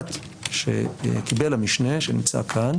המנדט שקיבל המשנה שנמצא כאן,